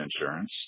insurance